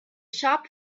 shop